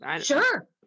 sure